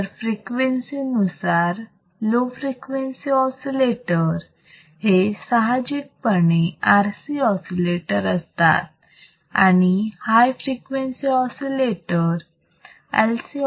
तर फ्रिक्वेन्सी नुसार low frequency oscillator हे साहजिकपणे RC ऑसिलेटर असतात आणि high frequency oscillator LC oscillator असतात